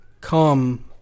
come